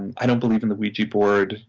and i don't believe in that ouija board.